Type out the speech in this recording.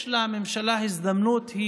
יש לממשלה הזדמנות,